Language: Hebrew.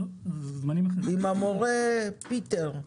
עם המורה פיטר,